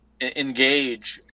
engage